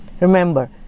remember